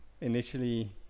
initially